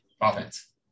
offense